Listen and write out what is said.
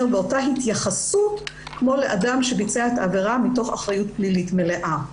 ואותה התייחסות כמו לאדם שביצע את העבירה מתוך אחריות פלילית מלאה.